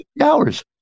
hours